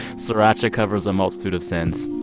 sriracha covers a multitude of sins